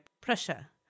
Prussia